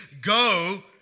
Go